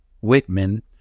Whitman